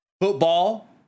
Football